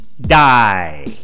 die